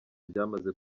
byamaze